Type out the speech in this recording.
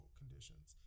conditions